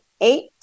eight